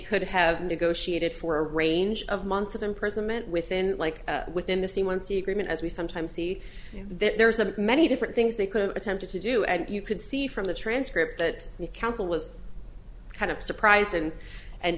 could have negotiated for a range of months of imprisonment within like within the scene once the agreement as we sometimes see there's a many different things they could have attempted to do and you could see from the transcript that the council was kind of surprised and and